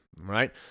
Right